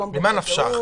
--- ממה נפשך?